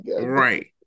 Right